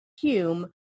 Hume